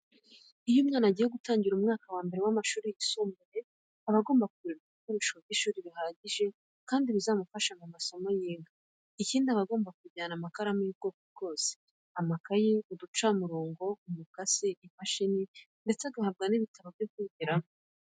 Iyo umwana agiye gutangira umwaka wa mbere w'amashuri yisumbuye, aba agomba kugurirwa ibikoresho by'ishuri bihagije kandi bizamufasha mu masomo yiga. Ikindi aba agomba kujyana amakaramu y'ubwoko bwose, amakayi, uducamurongo, umukasi, imashini ndetse agahabwa n'ibitabo byo kwigiramo.